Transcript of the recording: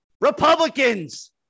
Republicans